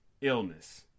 illness